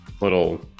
little